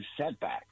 setback